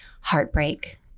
heartbreak